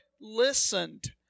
listened